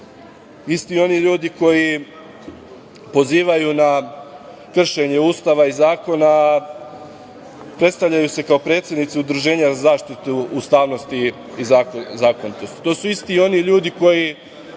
isti oni ljudi koji pozivaju na kršenje Ustava i zakona, a predstavljaju se kao predstavnici Udruženja za zaštitu ustavnosti i zakonitosti.